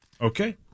Okay